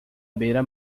beira